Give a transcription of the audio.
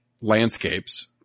landscapes